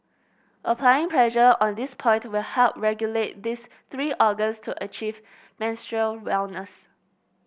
applying pressure on this point will help regulate these three organs to achieve menstrual wellness